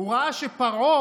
הוא ראה שפרעה